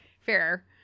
fair